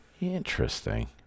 Interesting